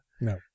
No